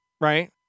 right